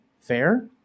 fair